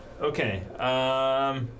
Okay